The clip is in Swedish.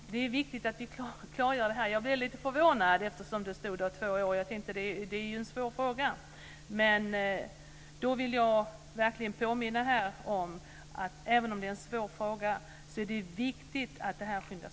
Fru talman! Det är viktigt att vi klargör det här. Jag blev lite förvånad, eftersom det stod att utredningen skulle ta två år. Jag vill verkligen påminna om att det är viktigt att utredningen skyndas på, även om det gäller en svår fråga.